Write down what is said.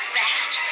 best